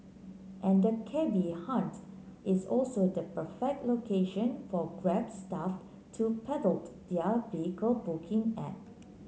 and the cabby haunt is also the perfect location for Grab staff to peddle their vehicle booking app